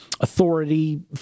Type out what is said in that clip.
authority